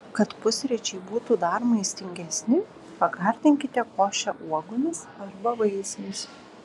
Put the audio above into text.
kad pusryčiai būtų dar maistingesni pagardinkite košę uogomis arba vaisiais